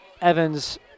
Evans